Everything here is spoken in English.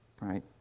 right